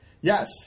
Yes